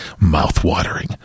Mouth-watering